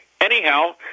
Anyhow